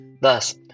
Thus